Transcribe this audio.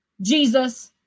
Jesus